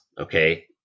okay